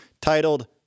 titled